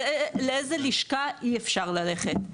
ולאיזו לשכה אי אפשר ללכת.